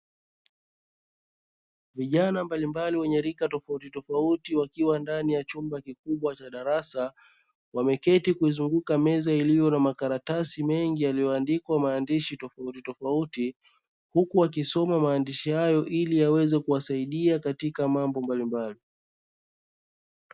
Vijana mbalimbali wenye rika tofautitofauti wakiwa ndani ya chumba kikubwa cha darasa, wameketi kuizunguka meza iliyo na makaratasi mengi yaliyoandikwa maandishi tofautitofauti, huku wakisoma maandishi hayo ili yaweze kuwasaida katika mambo mbalimbali.